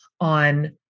on